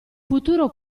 futuro